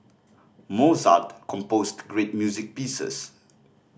Mozart composed great music pieces